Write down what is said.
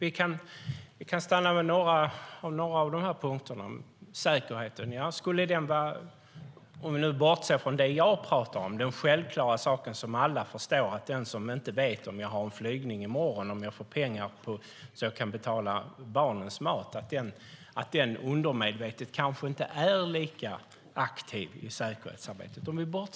Jag ska stanna vid några av punkterna, bland annat säkerheten. Låt oss bortse från det självklara i att den som inte vet om den har en flygning i morgon och pengar att betala barnens mat undermedvetet kanske inte är lika aktiv i säkerhetsarbetet.